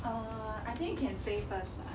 uh I think you can say first lah